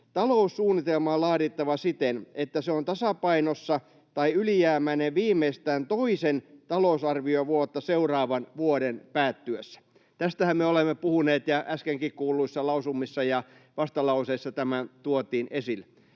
”Taloussuunnitelma on laadittava siten, että se on tasapainossa tai ylijäämäinen viimeistään toisen talousarviovuotta seuraavan vuoden päättyessä.” Tästähän me olemme puhuneet, ja äskenkin kuulluissa lausumissa ja vastalauseissa tämä tuotiin esille.